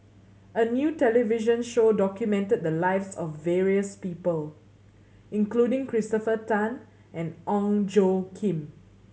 a new television show documented the lives of various people including Christopher Tan and Ong Tjoe Kim